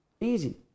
Easy